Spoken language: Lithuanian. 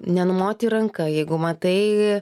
nenumoti ranka jeigu matai